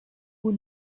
who